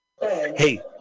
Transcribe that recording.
Hey